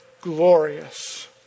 glorious